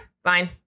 Fine